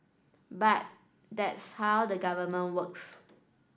but that's how the Government works